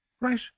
Right